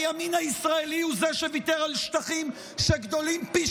הימין הישראלי הוא שוויתר על שטחים שגדולים פי